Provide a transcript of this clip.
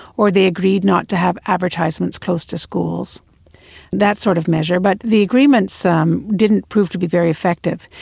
or they agreed not to have advertisements close to schools that sort of measure. but the agreements um didn't prove to be very effective.